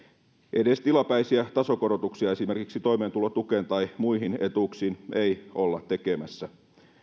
edes tilapäisiä tasokorotuksia esimerkiksi toimeentulotukeen tai muihin etuuksiin ei olla tekemässä